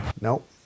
Nope